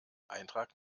eintrag